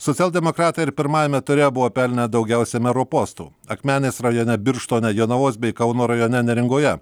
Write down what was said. socialdemokratai ir pirmajame ture buvo pelnę daugiausia mero postų akmenės rajone birštone jonavos bei kauno rajone neringoje